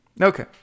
Okay